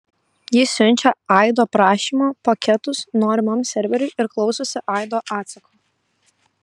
jis siunčia aido prašymo paketus norimam serveriui ir klausosi aido atsako